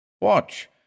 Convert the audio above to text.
Watch